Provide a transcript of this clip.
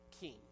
king